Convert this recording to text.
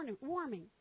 warming